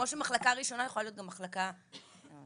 תודה